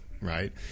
right